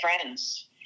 friends